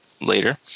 later